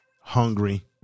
Hungry